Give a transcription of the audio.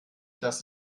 das